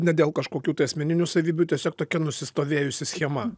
ne dėl kažkokių tai asmeninių savybių tiesiog tokia nusistovėjusi schema